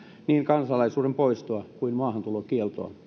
niin kansalaisuuden poistoa kuin maahantulokieltoa